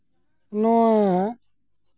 ᱱᱚᱣᱟ